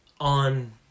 On